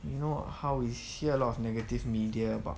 you know how you hear a lot of negative media about